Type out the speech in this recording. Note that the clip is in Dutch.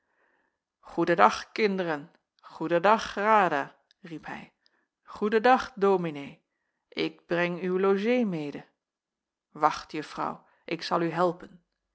dag kinderen goeden dag grada riep hij goeden dag dominee ik breng uw logee mede wacht juffrouw ik zal u helpen